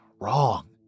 wrong